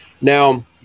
Now